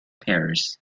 paris